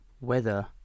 weather